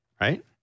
right